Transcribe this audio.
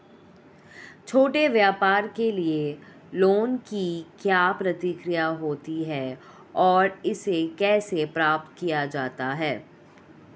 छोटे व्यापार के लिए लोंन की क्या प्रक्रिया होती है और इसे कैसे प्राप्त किया जाता है?